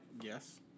Yes